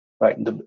Right